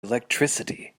electricity